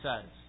says